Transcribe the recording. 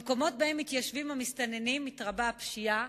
במקומות שבהם מתיישבים המסתננים מתרבה הפשיעה,